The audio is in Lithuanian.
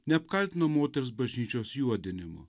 neapkaltino moters bažnyčios juodinimu